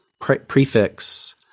prefix